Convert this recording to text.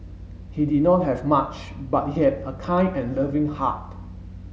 he did not have much but he had a kind and loving heart